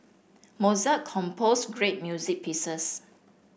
Mozart composed great music pieces